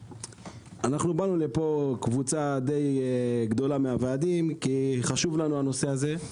אנחנו באנו לפה קבוצה די גדולה מהוועדים כי חשוב לנו הנושא הזה.